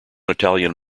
italian